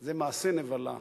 זה מעשה נבלה,